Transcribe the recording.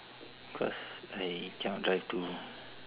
cause I cannot drive to